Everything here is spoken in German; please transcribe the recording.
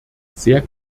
sehr